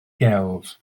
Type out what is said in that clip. gelf